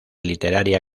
literaria